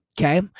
Okay